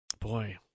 boy